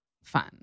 fun